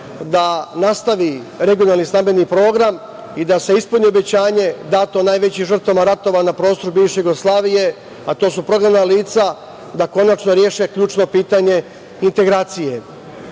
da nastavi regionalni stambeni program i da se ispuni obećanje dato najvećim žrtvama ratova na prostoru bivše Jugoslavije, a to su prognana lica, da konačno reše ključno pitanje integracije. Dao